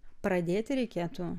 pradėti reikėtų